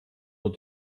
nur